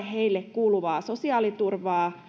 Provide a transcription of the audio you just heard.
kuuluvaa sosiaaliturvaa